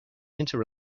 inter